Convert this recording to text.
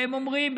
והם אומרים,